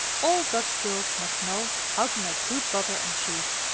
all dutch girls must know how to make good butter and cheese,